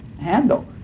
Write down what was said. handle